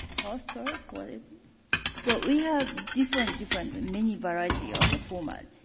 postcards, whatever so, we have different different many variety of the format,